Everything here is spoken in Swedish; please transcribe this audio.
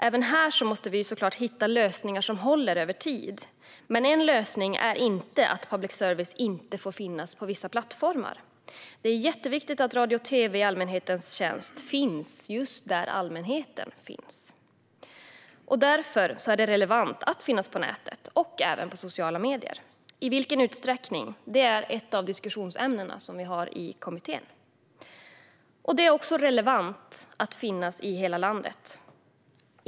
Även här måste vi hitta lösningar som håller över tid, men en lösning är inte att public service inte får finnas på vissa plattformar. Det är jätteviktigt att radio och tv i allmänhetens tjänst finns just där allmänheten finns. Därför är det relevant att finnas på nätet och även på sociala medier. I vilken utsträckning detta ska ske är ett av kommitténs diskussionsämnen. Det är också relevant att finnas i hela landet.